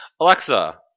Alexa